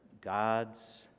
God's